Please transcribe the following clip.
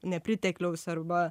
nepritekliaus arba